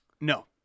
No